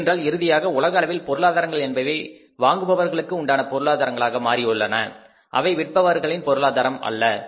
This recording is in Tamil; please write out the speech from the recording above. ஏனென்றால் இறுதியாக உலக அளவில் பொருளாதாரங்கள் என்பவை வாங்குபவர்களுக்கு உண்டான பொருளாதாரரங்களாக மாறியிருக்கின்றன அவை விற்பவர்களின் பொருளாதாரம் அல்ல